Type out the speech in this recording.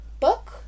book